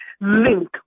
link